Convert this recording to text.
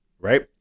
right